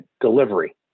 Delivery